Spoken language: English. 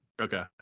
Okay